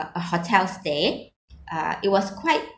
uh a hotel stay uh it was quite